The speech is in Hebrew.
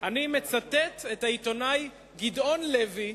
אני מצטט את העיתונאי גדעון לוי,